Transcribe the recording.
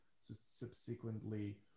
subsequently